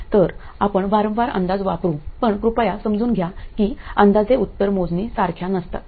तर आपण वारंवार अंदाज वापरू पण कृपया समजून घ्या की अंदाजे उत्तर मोजणी सारख्या नसतात